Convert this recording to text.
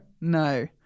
No